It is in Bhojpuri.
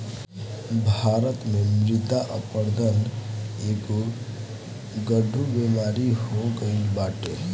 भारत में मृदा अपरदन एगो गढ़ु बेमारी हो गईल बाटे